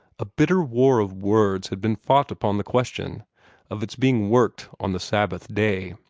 a bitter war of words had been fought upon the question of its being worked on the sabbath day.